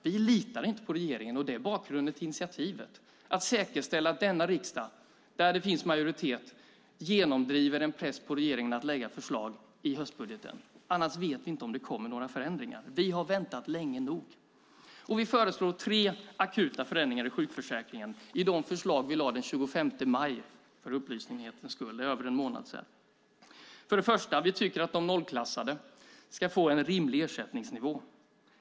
Vi litar inte på regeringen. Det är bakgrunden till initiativet att säkerställa att denna riksdag, där det finns majoritet, genomdriver en press på regeringen att lägga fram förslag i höstbudgeten. Annars vet vi inte om det kommer några förändringar. Vi har väntat länge nog. Vi föreslår tre akuta förändringar i sjukförsäkringen i de förslag vi lade fram den 25 maj, för över en månad sedan. För det första tycker vi att de nollklassade ska få en rimlig ersättningsnivå.